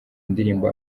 ndirimbo